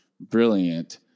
brilliant